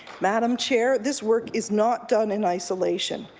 madam chair, this work is not done in isolation.